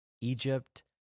Egypt